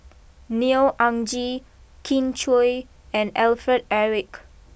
Neo Anngee Kin Chui and Alfred Eric